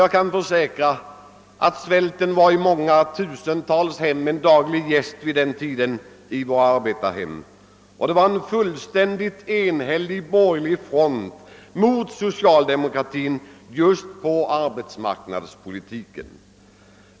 Jag kan försäkra att svälten vid den tiden var en daglig gäst i många tusentals arbetarhem. Det fanns en fullständigt enhällig borgerlig front mot socialdemokratin just när det gällde arbetsmarknadspolitiken.